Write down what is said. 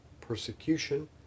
persecution